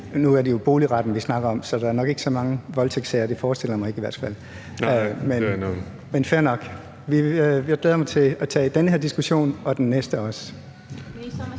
Nu er det jo boligretten, vi snakker om, så der er nok ikke så mange voldtægtssager; det forestiller jeg mig i hvert fald ikke. Men fair nok, jeg glæder mig til at tage den her diskussion og også den næste.